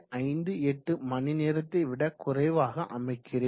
58 மணிநேரத்தைவிட குறைவாக அமைக்கிறேன்